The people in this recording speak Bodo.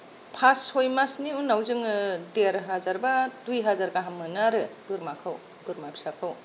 पास सय मासनि उनाव जोङो देर हाजार बा दुइ हाजार गाहाम मोनो आरो बोरमाखौ बोरमा फिसाखौ